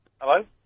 Hello